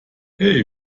hey